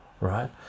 right